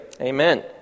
Amen